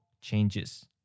changes